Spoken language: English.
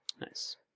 Nice